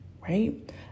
Right